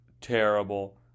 terrible